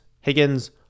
Higgins